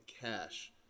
cash